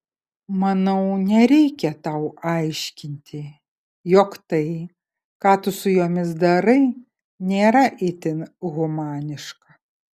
manau nereikia tau aiškinti jog tai ką tu su jomis darai nėra itin humaniška